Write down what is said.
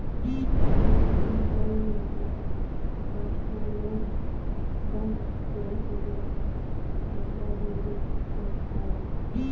ಈ online personal loan ಬಂದ್ ಬ್ಯಾಂಕಿಗೆ ಅಡ್ಡ್ಯಾಡುದ ತಪ್ಪಿತವ್ವಾ